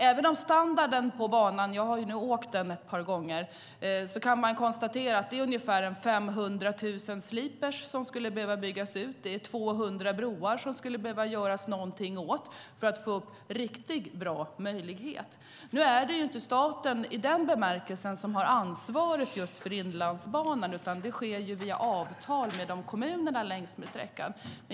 Även om standarden på banan är sådan - jag har åkt den ett par gånger - att man kan konstatera att ungefär 500 000 sliprar skulle behöva bytas ut. Det är 200 broar som det skulle behöva göras någonting åt för att få en riktigt bra möjlighet. Nu är det inte staten i den bemärkelsen som har ansvaret just för Inlandsbanan, utan det sker via avtal med kommunerna längs sträckan.